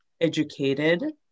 educated